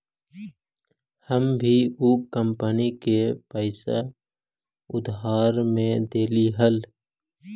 हम भी ऊ कंपनी के पैसा उधार में देली हल